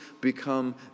become